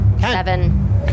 Seven